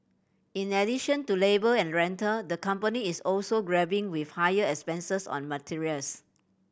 in addition to labour and rental the company is also grappling with higher expenses on materials